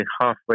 halfway